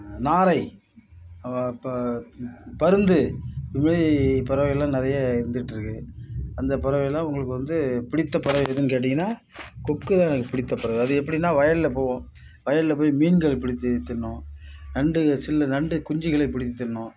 நாரை பருந்து இந்தமாரி பறவைலாம் நிறைய இருந்துட்டு இருக்குது அந்த பறவைலாம் உங்களுக்கு வந்து பிடித்த பறவை எதுன்னு கேட்டீங்கன்னால் கொக்குதான் எனக்கு பிடித்த பறவை அது எப்படினா வயலில் போகும் வயலில் போய் மீன்கள் பிடித்து தின்னும் நண்டு சில நண்டு குஞ்சுகளை பிடித்து தின்னும்